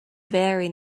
very